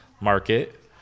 market